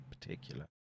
particular